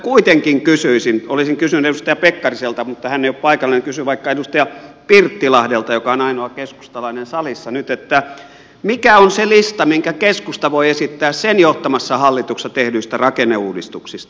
kuitenkin olisin kysynyt edustaja pekkariselta mutta kun hän ei ole paikalla niin kysyn vaikka edustaja pirttilahdelta joka on ainoa keskustalainen salissa nyt mikä on se lista minkä keskusta voi esittää sen johtamassa hallituksessa tehdyistä rakenneuudistuksista